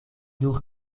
nur